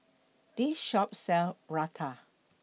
This Shop sell Raita